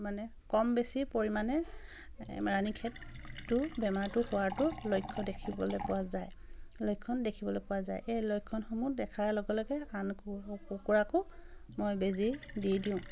মানে কম বেছি পৰিমাণে ৰাণী খেতটো বেমাৰটো হোৱাটো লক্ষ্য দেখিবলৈ পোৱা যায় লক্ষণ দেখিবলৈ পোৱা যায় এই লক্ষণসমূহ দেখাৰ লগে লগে আন কুকুৰাকো মই বেজী দি দিওঁ